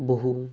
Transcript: ବହୁ